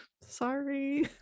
sorry